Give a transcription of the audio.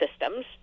systems